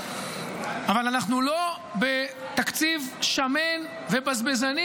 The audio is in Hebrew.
אבל אנחנו לא בתקציב שמן ובזבזני.